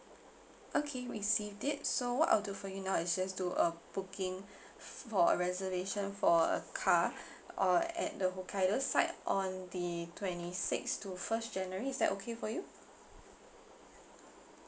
okay received it so what I'll do for you now is just do a booking for a reservation for a car or at the hokkaido's side on the twenty six to first january is that okay for you